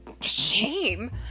shame